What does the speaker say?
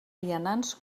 vianants